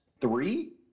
three